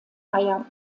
eier